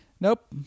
Nope